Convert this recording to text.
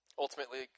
Ultimately